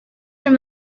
from